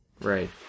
Right